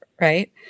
right